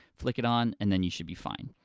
flick it on, and then you should be fine.